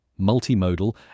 multimodal